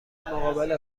مقابل